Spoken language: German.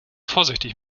vorsichtig